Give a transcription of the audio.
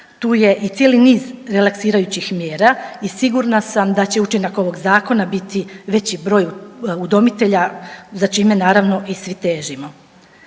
Tu je i cijeli niz relaksirajućih mjera i sigurna sam da će učinak ovog zakona biti veći broj udomitelja za čime naravno i svi težimo.